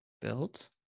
built